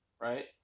right